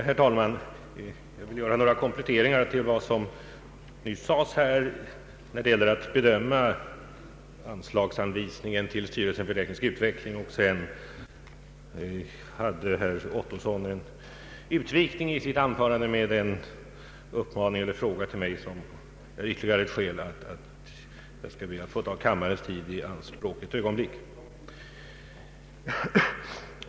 Herr talman! Jag vill göra några kompletteringar till vad som nyss sades när det gäller att bedöma anslagsanvisningen till styrelsen för teknisk utveckling. Dessutom gjorde herr Ottosson en utvikning i sitt anförande med en fråga till mig, vilket utgör ytterligare ett skäl till att jag skall be att få ta kammarens tid i anspråk ett ögonblick.